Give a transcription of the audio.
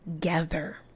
together